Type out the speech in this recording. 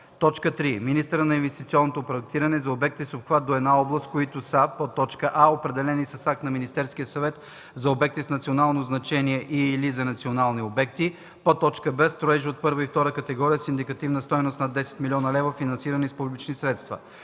закон; 3. министъра на инвестиционното проектиране – за обекти с обхват до една област, които са: а) определени с акт на Министерския съвет за обекти с национално значение и/или за национални обекти; б) строежи от първа и втора категория с индикативна стойност над 10 000 000 лв., финансирани с публични средства;